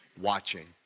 watching